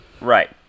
Right